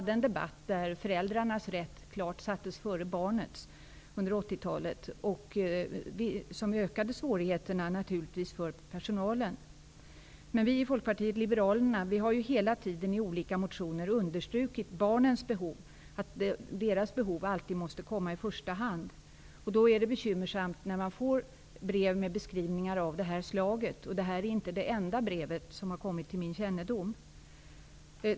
Då sattes föräldrarnas rätt klart före barnets rätt, och det ökade naturligtvis svårigheterna för personalen. Vi i Folkpartiet liberalerna har hela tiden i olika motioner understrukit barnens behov och sagt att de alltid måste komma i första hand. Det är då bekymmersamt när man får brev med sådana här beskrivningar -- det här brevet är inte det enda som har kommit till min kännedom.